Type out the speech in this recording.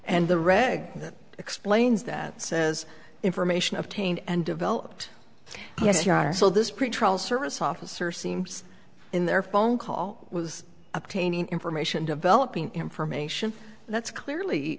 and the reg that explains that says information obtained and developed yes you are so this pretrial service officer seems in their phone call was obtaining information developing information that's clearly